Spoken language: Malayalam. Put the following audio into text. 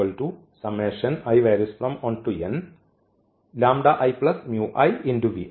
ഇത് എന്ന് ആയിരിക്കും